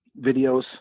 videos